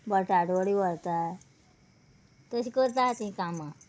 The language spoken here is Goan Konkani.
बटाट वडे व्हरता तशीं करता तीं कामां